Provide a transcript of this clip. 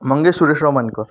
Mangesh Sureshrao Mankar